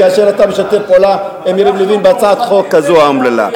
כאשר אתה משתף פעולה עם יריב לוין בהצעת חוק כזאת אומללה?